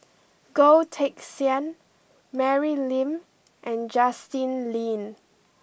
Goh Teck Sian Mary Lim and Justin Lean